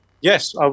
Yes